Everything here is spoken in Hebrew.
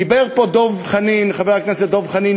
דיבר פה חבר הכנסת דב חנין,